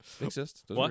Exist